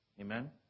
Amen